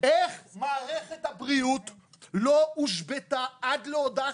איך מערכת הבריאות לא הושבתה עד להודעה